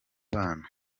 bana